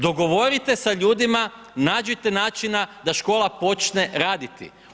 Dogovorite sa ljudima, nađite načina da škola počne raditi.